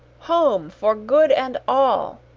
home, for good and all.